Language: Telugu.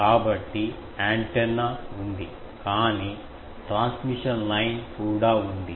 కాబట్టి యాంటెన్నా ఉంది కానీ ట్రాన్స్మిషన్ లైన్ కూడా ఉంది